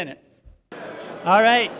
minute all right